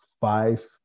five